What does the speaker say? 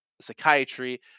psychiatry